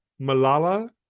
Malala